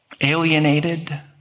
alienated